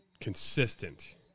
consistent